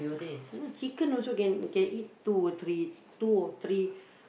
chicken also can eat can eat two or three two or three